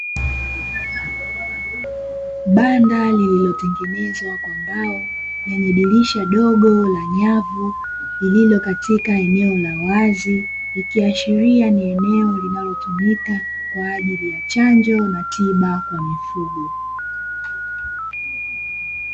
Banda lililotengenezwa kwa mbao lenye dirisha dogo la nyavu, lililo katika eneo la wazi, ikiashiria ni eneo linalotumika kwa ajili ya chanjo na tiba kwa mifugo.